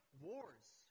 wars